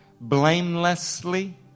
blamelessly